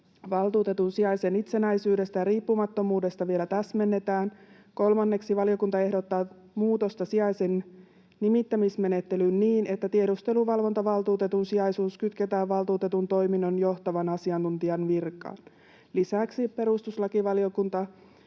valtuutetun sijaisen itsenäisyydestä ja riippumattomuudesta vielä täsmennetään. Kolmanneksi valiokunta ehdottaa muutosta sijaisen nimittämismenettelyyn niin, että tiedusteluvalvontavaltuutetun sijaisuus kytketään valtuutetun toiminnon johtavan asiantuntijan virkaan. Lisäksi perustuslakivaliokunta